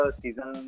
season